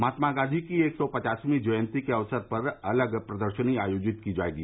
महात्मा गांधी की एक सौ पचासवीं जयंती के अवसर पर अलग प्रदर्शनी आयोजित की जायेगी